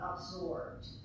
absorbed